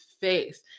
face